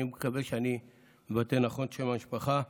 אני מקווה שאני מבטא נכון את שם המשפחה,